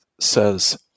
says